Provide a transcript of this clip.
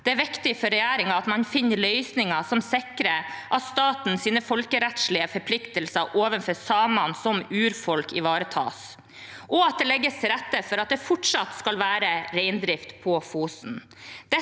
Det er viktig for regjeringen at man finner løsninger som sikrer at statens folkerettslige forpliktelser overfor samene som urfolk ivaretas, og at det legges til rette for at det fortsatt skal være reindrift på Fosen.